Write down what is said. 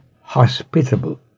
hospitable